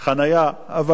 אבל לצערי אין.